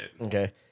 Okay